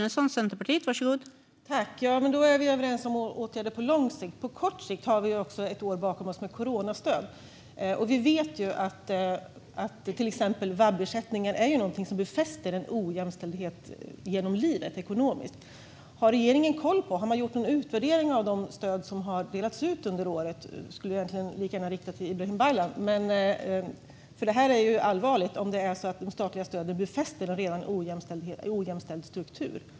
Fru talman! Då är vi överens om åtgärder på lång sikt. På kort sikt har vi ett år bakom oss med coronastöd. Vi vet till exempel att vab-ersättningen är någonting som befäster en ojämställdhet ekonomiskt genom livet. Har regeringen gjort någon utvärdering av de stöd som har delats ut under året? Denna fråga skulle jag egentligen lika gärna kunna rikta till Ibrahim Baylan. Det är allvarligt om de statliga stöden befäster en redan ojämställd struktur.